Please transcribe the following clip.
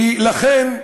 ולכן,